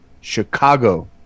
Chicago